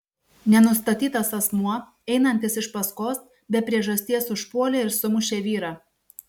nenustatytas asmuo einantis iš paskos be priežasties užpuolė ir sumušė vyrą